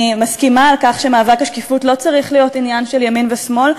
אני מסכימה על כך שמאבק השקיפות לא צריך להיות עניין של ימין ושמאל,